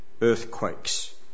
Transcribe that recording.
Earthquakes